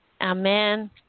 Amen